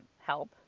help